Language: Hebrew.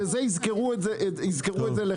ואת זה יזכרו לך.